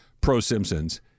pro-Simpsons